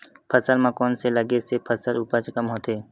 फसल म कोन से लगे से फसल उपज कम होथे?